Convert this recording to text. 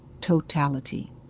totality